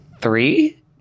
Three